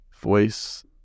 voice